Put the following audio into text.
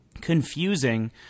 confusing